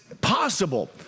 possible